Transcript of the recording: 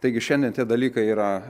taigi šiandien tie dalykai yra